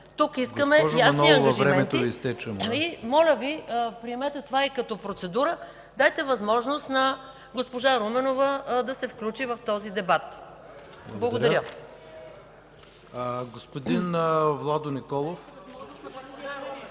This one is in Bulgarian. Тук искаме ясни ангажименти. Моля Ви, приемете това и като процедура – дайте възможност на госпожа Руменова да се включи в този дебат. Благодаря.